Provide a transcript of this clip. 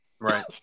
Right